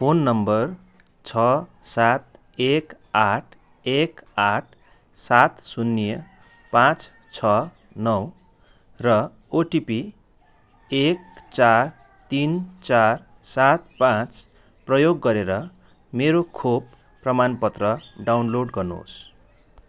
phone number छ सात एक आठ एक आठ सात शून्य पाँच छ नौ र ओटिपी एक चार तिन चार सात पाँच प्रयोग गरेर मेरो खोप प्रमाणपत्र डाउनलोड गर्नुहोस्